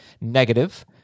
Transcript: negative